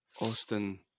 Austin